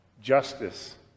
justice